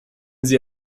sie